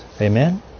Amen